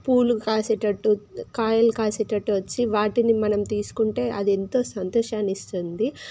పూలు కాసేటట్టు కాయలు కాసేటట్టు వచ్చి వాటిని మనం తీసుకుంటే అది ఎంతో సంతోషాన్ని ఇస్తుంది